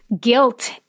guilt